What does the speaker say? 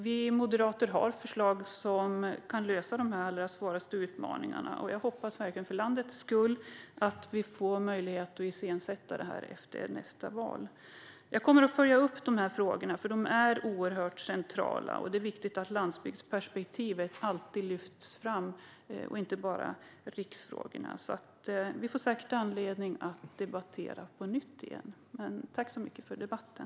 Vi moderater har förslag som kan lösa de svåraste utmaningarna. Jag hoppas verkligen för landets skull att vi får möjlighet att iscensätta dem efter nästa val. Jag kommer att följa upp de här frågorna. De är oerhört centrala. Det är viktigt att landsbygdsperspektivet alltid lyfts fram och inte bara riksfrågorna. Vi får säkert anledning att debattera detta på nytt igen. Tack så mycket för debatten!